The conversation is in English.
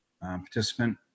participant